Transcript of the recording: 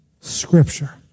Scripture